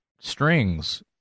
strings